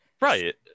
right